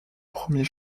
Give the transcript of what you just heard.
premier